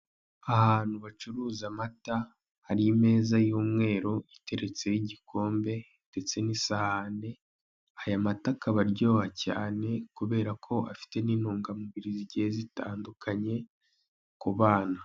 Ahantu bacuruza amata hari imeza y'umbweu iteretseho igikombe ndetse n'isahane, aya mata akaba aryoha cyane kubera ko afite n'intungamubiri zogiye zitandukanye ku bana.